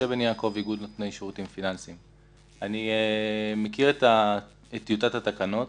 אני מכיר את טיוטת התקנות.